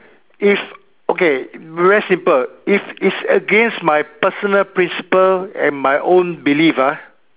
if okay very simple if it's against my personal principle and my own belief ah